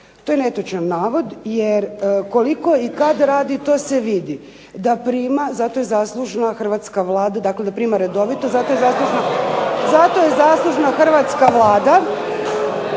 To je netočan navod, jer koliko i kad radi to se vidi, da prima za to je zaslužna hrvatska Vlada. Dakle, da prima redovito za to je zaslužna hrvatska Vlada